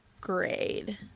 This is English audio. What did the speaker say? grade